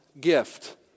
gift